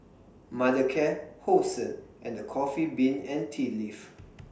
Mothercare Hosen and The Coffee Bean and Tea Leaf